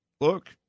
look –